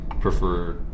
prefer